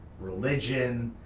religion,